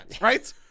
right